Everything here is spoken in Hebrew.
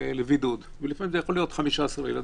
לבידוד ולפעמים זה יכול להיות 15 ילדים,